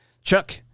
Chuck